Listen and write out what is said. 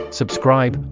subscribe